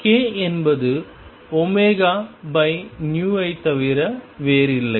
K என்பது v ஐத் தவிர வேறில்லை